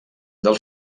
del